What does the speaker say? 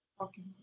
okay